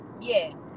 yes